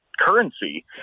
Currency